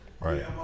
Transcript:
Right